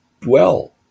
dwell